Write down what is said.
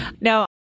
now